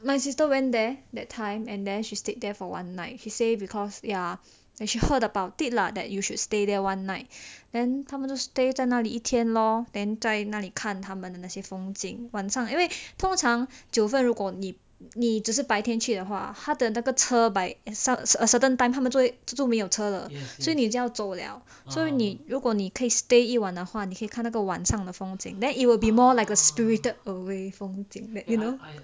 my sister went there that time and then she stayed there for one night she say because ya like she heard about it lah that you should stay there one night and then 他们就 stay 在那里一天 lor then 在那里看他们的那些风景晚上因为通常九分如果你你只是白天去的话他们那个车 by certain time 他们就没有车了所以你就要走了所以如果你可以 stay 一晚的话你可以看那个晚上的风景 then it will be more like a spirited away 风景 that you know